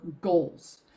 goals